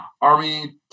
Army